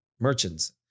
merchants